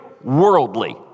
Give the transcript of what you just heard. worldly